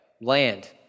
land